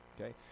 Okay